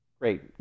great